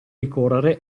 ricorrere